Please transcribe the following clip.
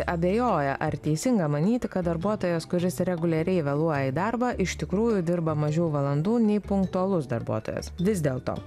abejoja ar teisinga manyti kad darbuotojas kuris reguliariai vėluoja į darbą iš tikrųjų dirba mažiau valandų nei punktualus darbuotojas vis dėlto